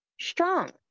strong